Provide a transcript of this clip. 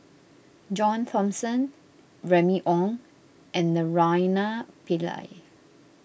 John Thomson Remy Ong and Naraina Pillai